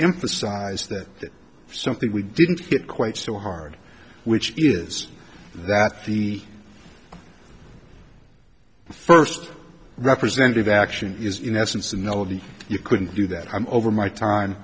emphasize that something we didn't get quite so hard which is that the first representative action is in essence a melody you couldn't do that i'm over my time